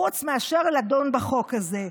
חוץ מאשר לדון בחוק הזה.